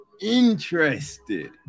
interested